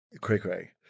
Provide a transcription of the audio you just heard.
cray-cray